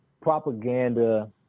propaganda